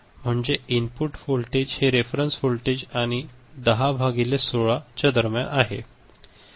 म्हणजे input voltage हे reference voltage आणि 10 भागिले 16 दरम्यान आहे